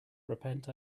repent